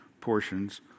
portions